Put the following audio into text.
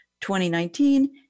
2019